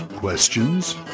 Questions